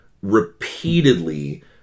repeatedly